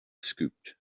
scooped